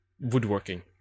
woodworking